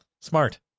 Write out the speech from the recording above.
smart